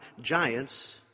giants